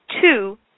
two